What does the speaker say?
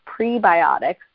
prebiotics